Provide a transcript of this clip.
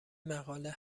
مقاله